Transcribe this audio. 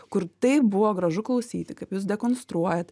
kur taip buvo gražu klausyti kaip jūs dekonstruojat